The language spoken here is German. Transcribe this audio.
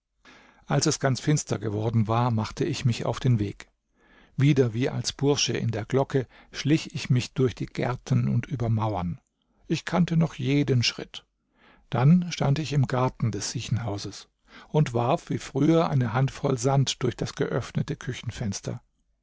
als es ganz finster geworden war machte ich mich auf den weg wieder wie als bursche in der glocke schlich ich mich durch die gärten und über mauern ich kannte noch jeden schritt dann stand ich im garten des siechenhauses ich warf wie früher eine handvoll sand durch das geöffnete küchenfenster